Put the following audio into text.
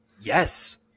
yes